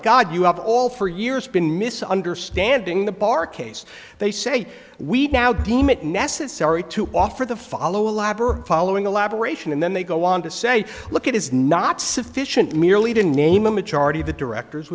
god you have all for years been mis understanding the bar case they say we now deem it necessary to offer the following lab or following elaboration and then they go on to say look it is not sufficient merely to name a majority of the directors